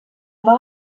war